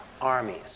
armies